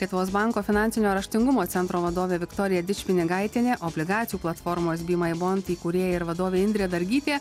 lietuvos banko finansinio raštingumo centro vadovė viktorija dičpinigaitienė obligacijų platformos bemybond įkūrėja ir vadovė indrė dargytė